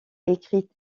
écrite